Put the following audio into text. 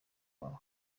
baba